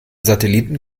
satelliten